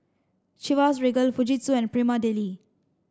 Chivas Regal Fujitsu and Prima Deli